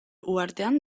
uhartean